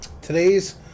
Today's